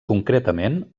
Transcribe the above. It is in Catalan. concretament